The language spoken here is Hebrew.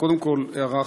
קודם כול הערה אחת,